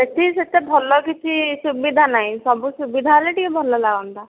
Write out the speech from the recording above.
ସେଠି ସେତେ ଭଲ କିଛି ସୁବିଧା ନାହିଁ ସବୁ ସୁବିଧା ହେଲେ ଟିକେ ଭଲ ଲାଗନ୍ତା